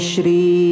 Shri